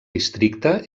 districte